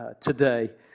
today